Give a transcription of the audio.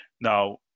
Now